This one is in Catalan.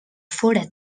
fóra